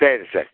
ಸರಿ ಸರ್